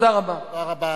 תודה רבה.